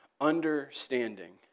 understanding